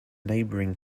neighboring